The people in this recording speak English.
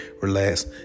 relax